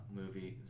movie